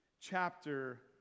chapter